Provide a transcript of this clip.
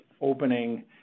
opening